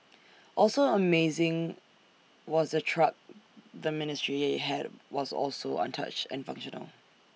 also amazing was the truck the ministry had was also untouched and functional